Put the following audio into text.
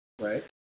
right